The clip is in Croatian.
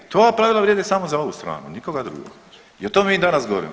To pravila vrijede samo za ovu stranu, nikoga drugoga i o tome mi danas govorimo.